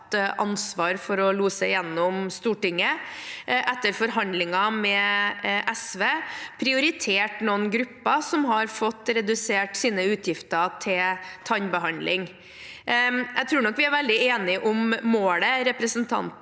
ansvar for å lose gjennom i Stortinget, etter forhandlinger med SV, har vi prioritert noen grupper som har fått redusert sine utgifter til tannbehandling. Jeg tror nok vi er veldig enige om målet, representanten